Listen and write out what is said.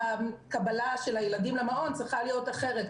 הקבלה של הילדים למעון שצריכה להיות אחרת,